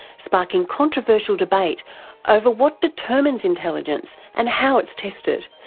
sparking controversial debate over what determines intelligence and how it's tested,